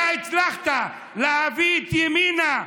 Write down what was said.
זה שאתה הצלחת להביא את ימינה,